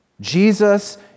Jesus